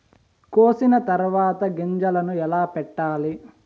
కోసిన తర్వాత గింజలను ఎలా పెట్టాలి